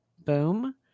boom